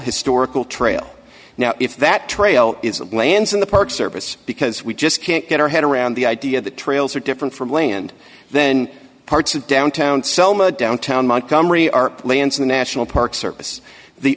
historical trail now if that trail is a glance in the park service because we just can't get our head around the idea the trails are different from land then parts of downtown selma downtown montgomery are planned to the national park service the